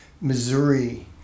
Missouri